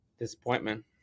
Disappointment